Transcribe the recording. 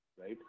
Right